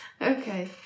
Okay